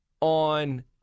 on